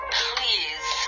please